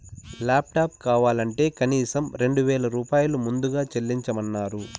laptop కావాలంటే కనీసం రెండు వేల రూపాయలు ముందుగా చెల్లించమన్నరు